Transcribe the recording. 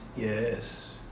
Yes